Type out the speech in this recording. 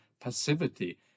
passivity